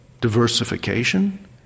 diversification